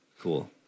cool